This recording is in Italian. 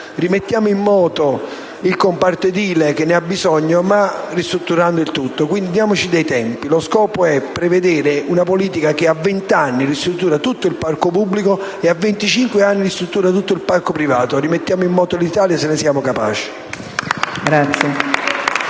rimettiamo in moto il comparto edile, che ne ha bisogno, ma ristrutturando il tutto. Diamoci dei tempi: lo scopo è prevedere una politica che, entro vent'anni, ristrutturi tutto il parco immobiliare pubblico e entro venticinque ristrutturi tutto il parco privato. Rimettiamo in moto l'Italia, se ne siamo capaci.